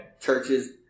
churches